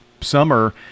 summer